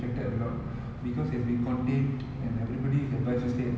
it has been uh looked over the entertainment industry